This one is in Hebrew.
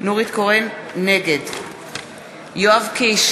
בעד טלי פלוסקוב, נגד מאיר פרוש, נגד יעקב פרי,